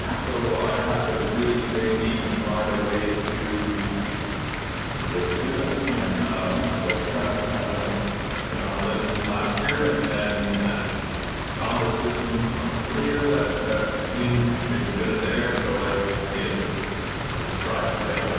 so i had to really dig deep and find a way to to be able to do that, and so i kind of, i went out on a limb last year and and like ah found a system from korea that that seemed. they've been doing it there, so i just made it, i just tried it, right?